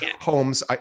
homes